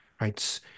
right